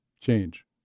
change